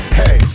hey